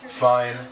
fine